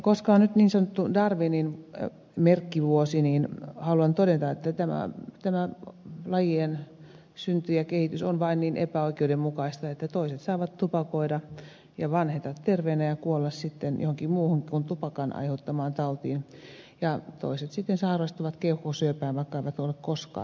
koska nyt on niin sanottu darwinin merkkivuosi niin haluan todeta että tämä lajien synty ja kehitys on vain niin epäoikeudenmukaista että toiset saavat tupakoida ja vanheta terveinä ja kuolla sitten johonkin muuhun kuin tupakan aiheuttamaan tautiin ja toiset sitten sairastuvat keuhkosyöpään vaikka eivät ole koskaan tupakoineet